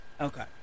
Okay